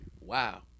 Wow